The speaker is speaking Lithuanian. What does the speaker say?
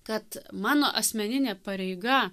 kad mano asmeninė pareiga